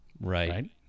right